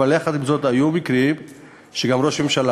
אבל יחד עם זאת, היו מקרים שגם ראש הממשלה,